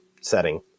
setting